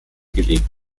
gelegt